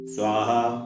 Swaha